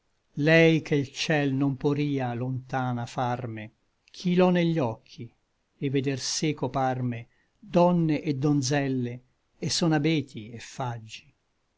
lei che l ciel non poria lontana farme ch'i l'ò negli occhi et veder seco parme donne et donzelle et son abeti et faggi